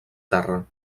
terra